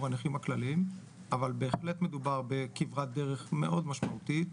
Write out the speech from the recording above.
הנכים הכלליים אבל בהחלט מדובר בכברת דרך מאוד משמעותית,